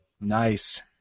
Nice